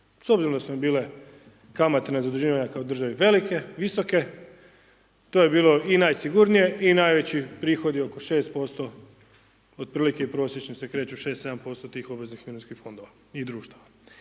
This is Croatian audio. s obzirom da su bile kamate na zaduživanje kao države, velike, visoke, to je bilo i najsigurnije i najveći prihodi oko 6% otprilike prosječno se kreću 6-7% tih obveznih mirovinskih fondovas i društva.